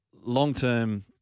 long-term